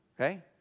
Okay